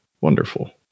Wonderful